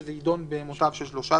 שזה יידון במותב של שלושה,